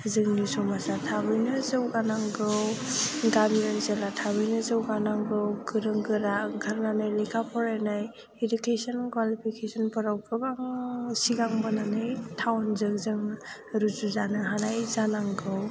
जोंनि समाजआ थाबैनो जौगा नांगौ गामि ओनसोला थाबैनो जौगा नांगौ गोरों गोरा ओंखारनानै लेखा फरायनाय इडुकेसनेल क्वालिफिकेस'नफोराव गोबां सिगांबोनानै टाउनजों जों रुजुजानो हानाय जानांगौ